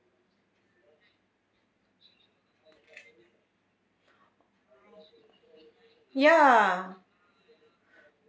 ya